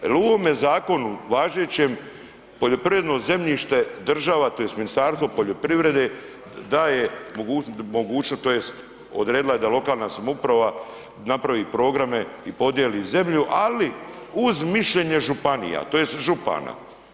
Jel u ovome zakonu važećem poljoprivredno zemljište država tj. Ministarstvo poljoprivrede daje mogućnost tj. odredila je da lokalna samouprava napravi programe i podijeli zemlju, ali uz mišljenje županija tj. župana.